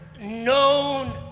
known